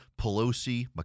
Pelosi